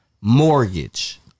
Mortgage